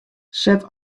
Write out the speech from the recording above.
set